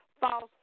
false